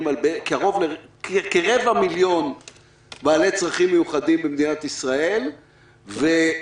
על כרבע מיליון בעלי צרכים מיוחדים במדינת ישראל והגוף